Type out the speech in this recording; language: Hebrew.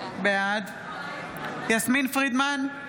בעד יסמין פרידמן,